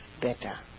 better